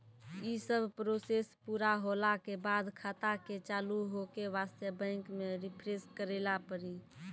यी सब प्रोसेस पुरा होला के बाद खाता के चालू हो के वास्ते बैंक मे रिफ्रेश करैला पड़ी?